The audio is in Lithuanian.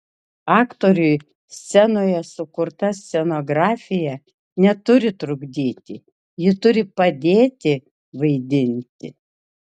aktoriui scenoje sukurta scenografija neturi trukdyti ji turi padėti vaidinti